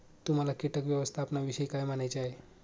तुम्हाला किटक व्यवस्थापनाविषयी काय म्हणायचे आहे?